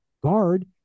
guard